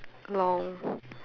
long